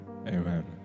Amen